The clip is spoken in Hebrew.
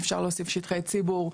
אי אפשר להוסיף שטחי ציבור.